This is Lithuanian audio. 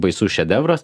baisus šedevras